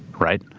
right?